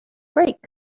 break